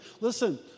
Listen